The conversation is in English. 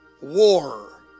war